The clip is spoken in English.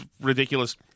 ridiculous